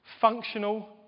functional